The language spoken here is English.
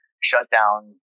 shutdown